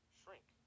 shrink